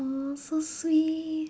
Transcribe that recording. !aww! so sweet